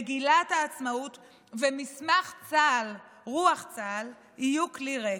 מגילת העצמאות ומסמך רוח צה"ל יהיו כלי ריק.